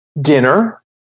Dinner